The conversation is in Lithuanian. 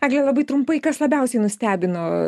egle labai trumpai kas labiausiai nustebino